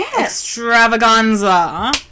Extravaganza